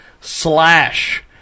slash